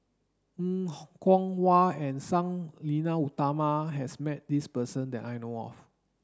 Er Kwong Wah and Sang Nila Utama has met this person that I know of